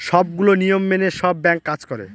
সবগুলো নিয়ম মেনে সব ব্যাঙ্ক কাজ করে